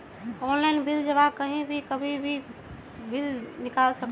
Online bill जमा कहीं भी कभी भी बिल निकाल सकलहु ह?